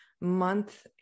month